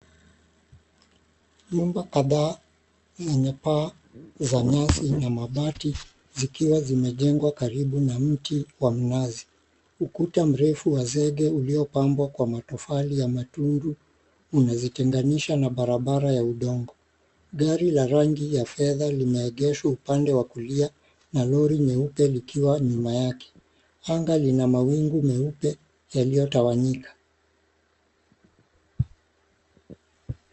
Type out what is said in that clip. Nyumba kadhaa yenye paa za nyasi na mabati, zikiwa zimejengwa karibu na mti wa mnazi. Ukuta mrefu wa zege uliopambwa kwa matofali ya matundu unazitenganisha na barabara ya udongo. Gari la rangi ya fedha limeegeshwa upande wa kulia na lori nyeupe likiwa nyuma yake. Anga lina mawingu meupe yaliyotawanyika.